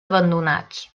abandonats